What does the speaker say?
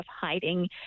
hiding